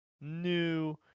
new